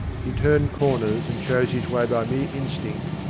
he turned corners, and chose his way by mere instinct,